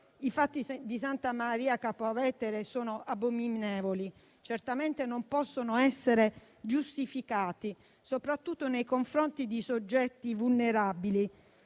I fatti di Santa Maria Capua Vetere sono abominevoli e certamente non possono essere giustificati, soprattutto nei confronti di soggetti vulnerabili